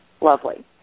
lovely